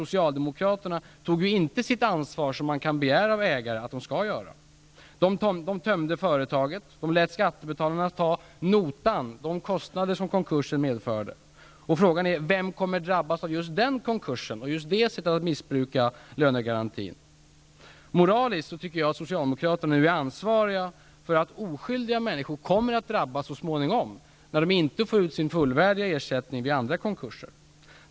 Socialdemokraterna tog ju inte sitt ansvar som man kan begära att ägare skall göra. De tömde företaget och lät skattebetalarna ta notan, dvs. de kostnader konkursen medförde. Frågan är: Vem kommer att drabbas av just den konkursen och just det sättet att missbruka lönegarantin? Moraliskt tycker jag att Socialdemokraterna nu är ansvariga för att oskyldiga människor kommer att drabbas så småningom, när de inte får ut sin fullvärdiga ersättning vid andra konkurser.